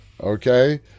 okay